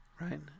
right